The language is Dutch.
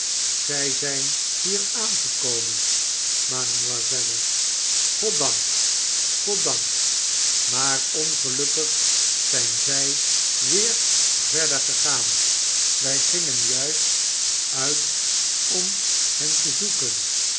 zii zjjn hier aangekomen ma'mselle goddank goddank maar ongelukkig zjjn zjj weer verder gegaan wfl gingen juist uit om hen te zoeken